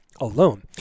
alone